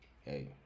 hey